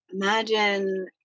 imagine